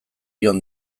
jon